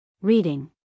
Reading